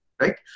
right